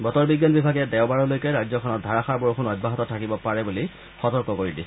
বতৰ বিজ্ঞান বিভাগে অহা দেওবাৰলৈকে ৰাজ্যখনত ধাৰাষাৰ বৰষুণ অব্যাহত থাকিব পাৰে বুলি সতৰ্ক কৰি দিছে